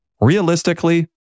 Realistically